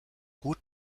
gut